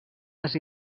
les